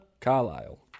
Carlisle